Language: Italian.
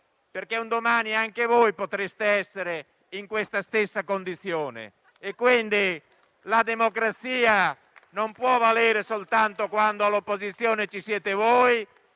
perché un domani anche voi potreste essere in questa stessa condizione. La democrazia non può valere soltanto quando all'opposizione ci siete voi